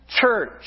church